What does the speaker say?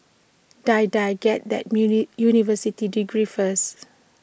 Die Die get that university degree first